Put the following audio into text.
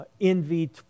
envy